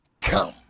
come